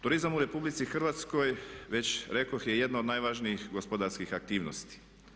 Turizam u RH već rekoh je jedna od najvažnijih gospodarskih aktivnosti.